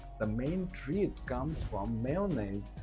the main threat comes from mayonnaise,